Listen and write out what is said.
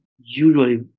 usually